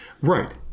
Right